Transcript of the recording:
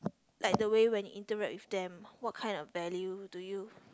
like the way when interact with them what kind of value do you